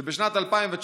שבשנת 2019,